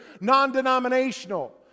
non-denominational